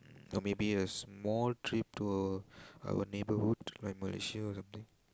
mm or maybe a small trip to our neighbourhood like Malaysia or something